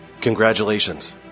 Congratulations